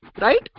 right